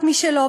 משלו,